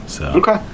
Okay